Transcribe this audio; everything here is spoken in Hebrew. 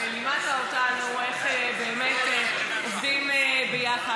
ולימדת אותנו איך באמת עובדים ביחד.